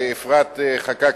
לאפרת חקאק,